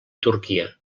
turquia